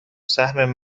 سهم